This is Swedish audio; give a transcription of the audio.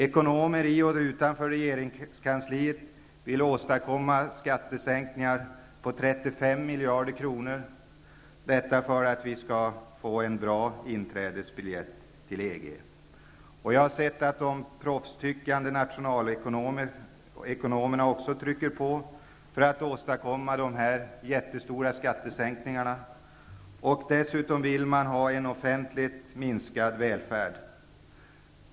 Ekonomer i och utanför regeringskansliet vill åstadkomma skattesänkningar på 35 miljarder kronor för att vi skall få en bra inträdesbiljett till EG. Jag har sett att de proffstyckande nationalekonomerna också trycker på för att åstadkomma dessa jättestora skattesänkningar. Dessutom vill man ha en minskad offentlig välfärd.